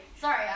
Sorry